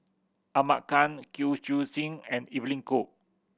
Ahmad Khan Kwek Siew Jin and Evelyn Goh